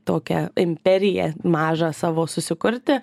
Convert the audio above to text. tokią imperiją mažą savo susikurti